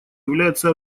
является